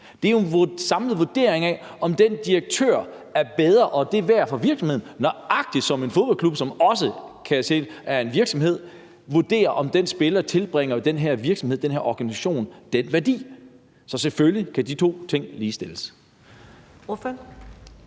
Det er jo en samlet vurdering af, om den direktør er bedre og det værd for virksomheden, nøjagtig ligesom en fodboldklub, som også er en virksomhed, vurderer, om den spiller tilfører den her virksomhed, den her organisation, den værdi. Så selvfølgelig kan de to ting ligestilles. Kl.